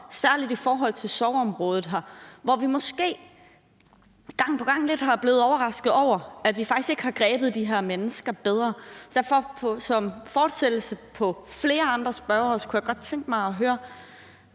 særlig i forhold til sorgområdet her, hvor vi måske gang på gang er blevet overrasket over, at vi faktisk ikke har grebet de her mennesker bedre. I fortsættelse af flere andre spørgere kunne jeg godt tænke mig at høre